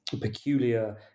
peculiar